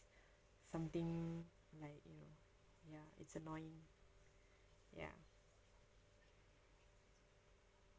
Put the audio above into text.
something like you know ya it's annoying ya